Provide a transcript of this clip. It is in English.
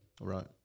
Right